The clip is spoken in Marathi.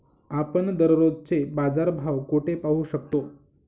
आपण दररोजचे बाजारभाव कोठे पाहू शकतो?